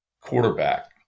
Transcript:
quarterback